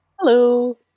hello